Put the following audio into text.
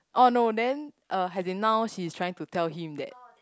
oh no then uh as in now she's trying to tell him that